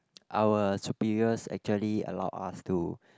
our superiors actually allowed us to